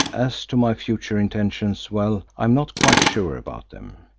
as to my future intentions, well, i am not quite sure about them.